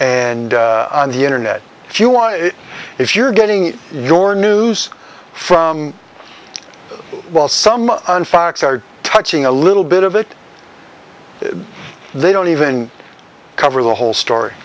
and on the internet if you're getting your news from while some on fox are touching a little bit of it they don't even cover the whole story